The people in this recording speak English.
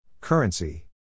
Currency